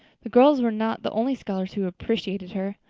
the girls were not the only scholars who appreciated her.